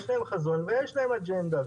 שיש להם חזון ויש להם אג'נדה.